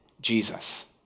Jesus